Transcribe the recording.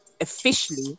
officially